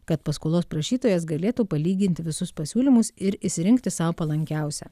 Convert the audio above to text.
kad paskolos prašytojas galėtų palyginti visus pasiūlymus ir išsirinkti sau palankiausią